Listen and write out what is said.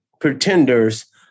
pretenders